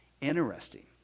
Interesting